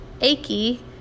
achy